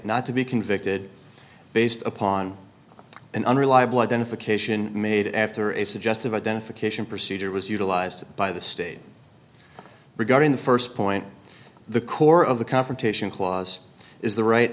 not to be convicted based upon an unreliable identification made after a suggestive identification procedure was utilized by the state regarding the first point the core of the confrontation clause is the right